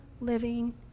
living